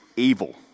evil